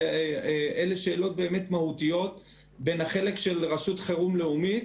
אלה שאלות באמת מהותיות בין החלק של רשות חירום לאומית,